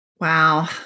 Wow